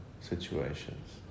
situations